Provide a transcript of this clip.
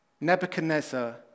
Nebuchadnezzar